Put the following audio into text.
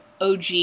OG